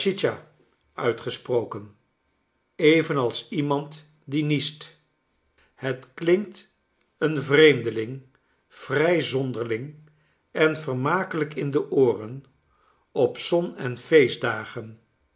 uitgesproken evenals iemand die niest het klinkt een vreemdeling vrij zonderling en vermakelijk in de ooren op zon en feestdagen